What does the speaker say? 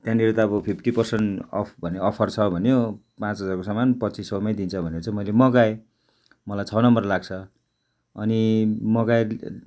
त्यहाँनिर त अब फिफ्टी पर्सेन्ट अफ भन्ने अफर छ भन्यो पाँच हजारको सामान पच्चिस सौमै दिन्छ भनेर चाहिँ मैले मगाएँ मलाई छ नम्बर लाग्छ अनि मगाएँ